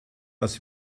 das